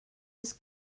his